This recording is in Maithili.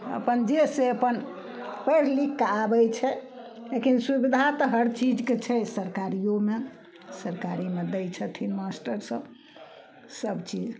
अपन जे से अपन पढ़ि लिखके आबै छै लेकिन सुबिधा तऽ हर चीजके छै सरकारियोमे सरकारीमे दै छथिन मास्टर सब सब चीज